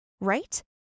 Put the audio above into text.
right